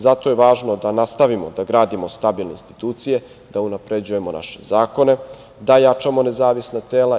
Zato je važno da nastavimo da gradimo stabilne institucije, da unapređujemo naše zakone, da jačamo nezavisna tela.